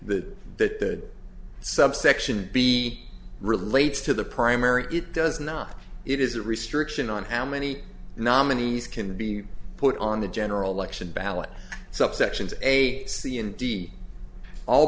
the that the subsection b relates to the primary it does not it is a restriction on how many nominees can be put on the general election ballot subsections a c and d all